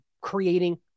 creating